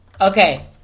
Okay